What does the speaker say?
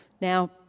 Now